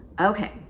Okay